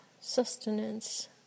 sustenance